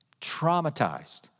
Traumatized